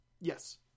Yes